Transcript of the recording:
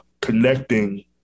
connecting